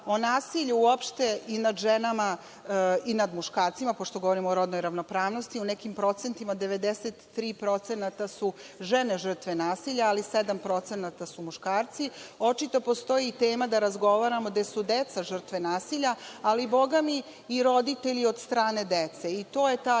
o nasilju uopšte nad ženama, nad muškarcima, pošto govorimo o rodnoj ravnopravnosti, u nekim procentima 93% su žene žrtve nasilja, ali 7% su muškarci, pa očito postoji tema da razgovaramo o tome gde su deca žrtve nasilja, ali bogami i roditelji od strane dece. To je taj